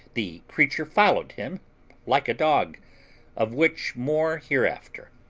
the creature followed him like a dog of which more hereafter.